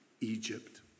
Egypt